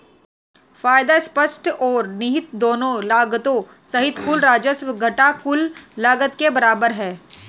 फायदा स्पष्ट और निहित दोनों लागतों सहित कुल राजस्व घटा कुल लागत के बराबर है